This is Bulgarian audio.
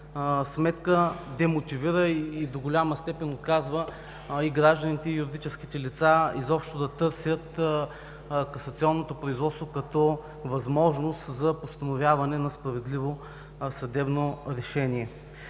сметка демотивира и до голяма степен отказва и на гражданите, и на юридическите лица изобщо да търсят касационното производство като възможност за постановяване на справедливо съдебно решение.